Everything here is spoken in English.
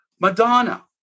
Madonna